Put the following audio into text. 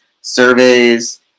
surveys